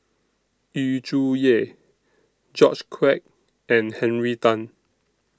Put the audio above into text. Yu Zhuye George Quek and Henry Tan